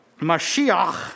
Mashiach